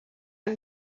ein